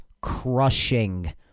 crushing